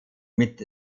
mit